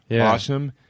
awesome